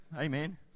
amen